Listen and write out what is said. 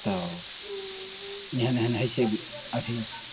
तऽ एहन एहन हइ छै अथी